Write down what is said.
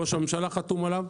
ראש הממשלה חתום עליו,